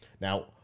Now